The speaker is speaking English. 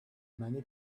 many